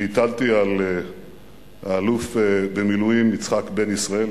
שהטלתי על האלוף במילואים יצחק בן-ישראל,